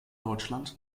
deutschland